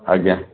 ଆଜ୍ଞା